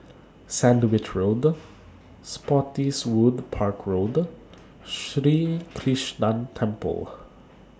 Sandwich Road Spottiswoode Park Road Sri Krishnan Temple